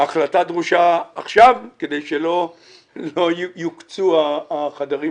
ההחלטה דרושה עכשיו כדי שלא יוקצו החדרים